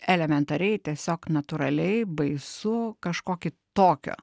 elementariai tiesiog natūraliai baisu kažkokį tokio